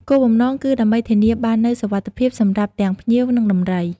គោលបំណងគឺដើម្បី ធានាបាននូវសុវត្ថិភាព សម្រាប់ទាំង ភ្ញៀវ និងដំរី។